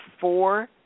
four